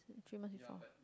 uh three months before